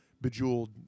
bejeweled